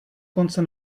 konce